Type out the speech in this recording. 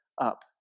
up